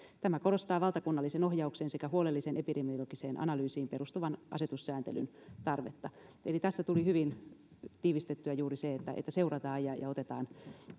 tämä korostaa valtakunnallisen ohjauksen sekä huolellisen ja epidemiologiseen analyysiin perustuvan asetussääntelyn tarvetta eli tässä tuli hyvin tiivistettyä juuri se että seurataan ja ja otetaan